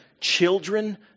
children